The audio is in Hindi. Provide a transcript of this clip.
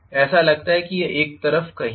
ऐसा लगता है कि यह एक तरफ कहीं है